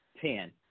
ten